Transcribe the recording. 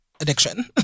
addiction